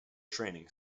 training